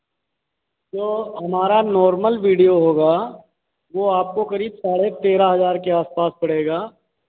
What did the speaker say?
जो हमारा normal video होगा वो आपको करीब साढ़े तेरह हज़ार के आस पास पड़ेगा